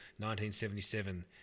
1977